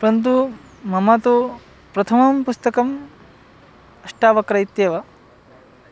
परन्तु मम तु प्रथमं पुस्तकम् अष्टावक्रः इत्येव